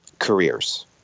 careers